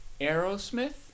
Aerosmith